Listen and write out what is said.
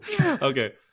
okay